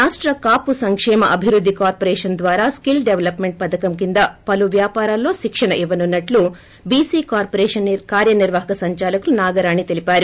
రాష్ట కాపు సంకేమ అభివృద్ది కార్పోరేషన్ ద్వారా స్కిల్ డెవలప్ మెంట్ పధకం కింద పలు వ్యాపారాల్లో శిక్షణ ఇవ్వనున్నట్లు బిసి కార్పొరేషన్ కార్యనిర్యహక సందాలకులు నాగరాణి తెలిపారు